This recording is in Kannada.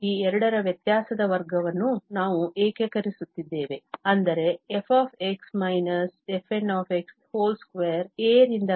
ಈ ಎರಡರ ವ್ಯತ್ಯಾಸದ ವರ್ಗವನ್ನು ನಾವು ಏಕೀಕರಿಸುತ್ತಿದ್ದೇವೆ ಅಂದರೆ |f - fn|2 a ರಿಂದ b ಗೆ